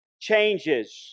changes